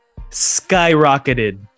skyrocketed